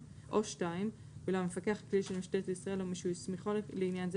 או (2) אולם המפקח הכללי של משטרת ישראל או מי שהוא הסמיכו לעניין זה,